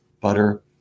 butter